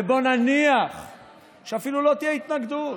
ובואו נניח שאפילו לא תהיה התנגדות,